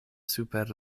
super